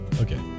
Okay